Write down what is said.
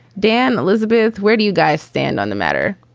dan, elizabeth. where do you guys stand on the matter?